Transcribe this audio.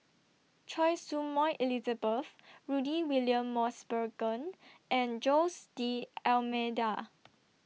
Choy Su Moi Elizabeth Rudy William Mosbergen and Jose D'almeida